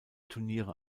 turniere